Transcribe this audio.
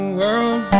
world